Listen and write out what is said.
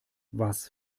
was